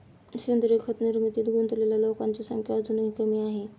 सेंद्रीय खत निर्मितीत गुंतलेल्या लोकांची संख्या अजूनही कमी आहे